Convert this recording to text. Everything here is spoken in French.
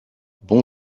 bon